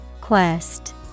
quest